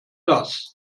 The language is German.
das